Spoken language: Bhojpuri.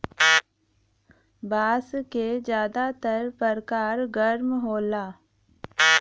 बांस क जादातर परकार गर्म होला